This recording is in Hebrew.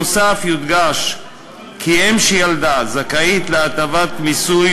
נוסף על כך יודגש כי אם שילדה זכאית להטבת מיסוי